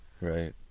Right